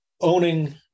owning